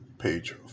page